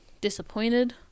disappointed